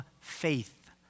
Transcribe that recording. faith